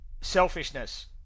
selfishness